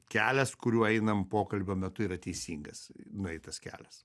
kelias kuriuo einam pokalbio metu yra teisingas nueitas kelias